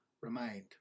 remained